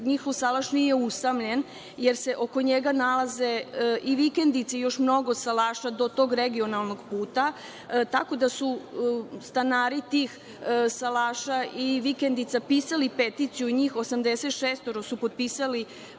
njihov salaš nije usamljen jer se oko njega nalaze i vikendice i još mnogo salaša do tog regionalnog puta, tako da su stanari tih salaša i vikendica pisali peticiju i njih 86 su potpisali